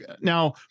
now